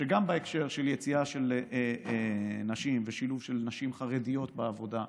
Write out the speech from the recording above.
שגם בהקשר של יציאה של נשים ושילוב של נשים חרדיות בעבודה,